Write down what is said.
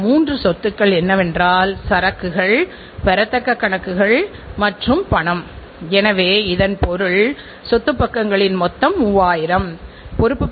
எந்தவொரு உள் தோல்வியும் உற்பத்தியின் அல்லது பொருளின் வெளிப்புற தோல்வியைத் தடுக்கிறது